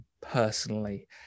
personally